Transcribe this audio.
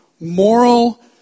moral